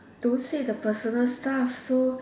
don't say the personal stuffs so